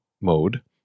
mode